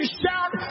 shout